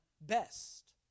best